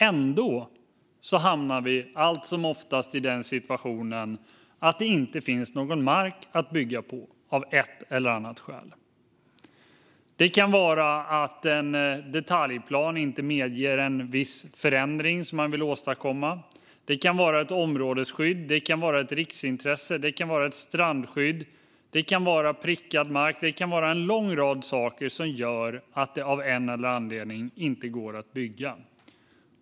Ändå hamnar vi allt som oftast i den situationen att det inte finns någon mark att bygga på, av ett eller annat skäl. Det kan handla om att en detaljplan inte medger en viss förändring som man vill åstadkomma. Det kan handla om ett områdesskydd eller ett riksintresse, och det kan handla om strandskydd. Det kan handla om prickad mark. Det kan vara en lång rad saker som gör att det av en eller annan anledning inte går att bygga.